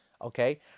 Okay